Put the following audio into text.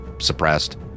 suppressed